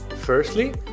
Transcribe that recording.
Firstly